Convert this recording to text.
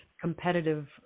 competitive